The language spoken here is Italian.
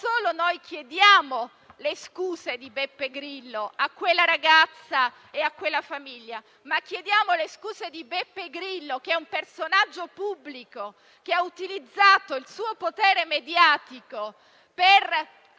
Non solo dunque chiediamo le scuse di Beppe Grillo a quella ragazza e a quella famiglia, ma chiediamo anche le sue scuse in quanto personaggio pubblico, che ha utilizzato il suo potere mediatico per